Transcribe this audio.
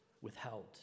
withheld